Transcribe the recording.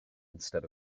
instead